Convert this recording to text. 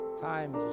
time